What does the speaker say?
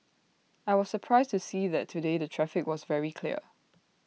I was surprised to see that today the traffic was very clear